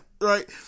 Right